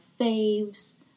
faves